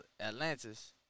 Atlantis